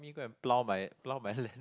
me go and plow my plow my land